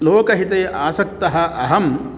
लोकहिते आसक्तः अहं